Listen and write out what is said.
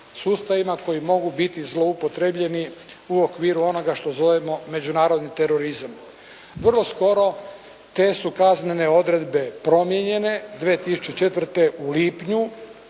koji mogu biti zloupotrijebljeni u okviru onoga što zovemo međunarodni terorizam. Vrlo skoro te su kaznene odredbe promijenjene 2004. u lipnju.